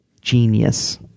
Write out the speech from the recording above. genius